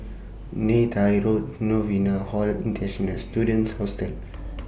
Neythai Road Novena Hall International Students Hostel